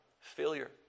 failure